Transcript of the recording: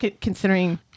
Considering